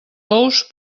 ous